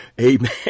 amen